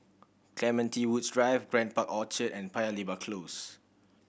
Clementi Woods Drive Grand Park Orchard and Paya Lebar Close